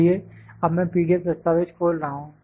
इसलिए अब मैं पीडीएफ दस्तावेज खोल रहा हूं